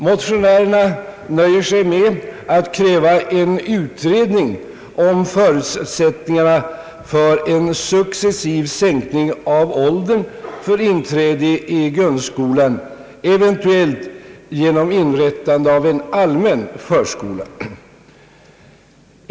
Motionärerna nöjer sig med att kräva en utredning om förutsättningarna för en successiv sänkning av åldern för inträde i grundskolan, eventuellt genom inrättande av en allmän förskola.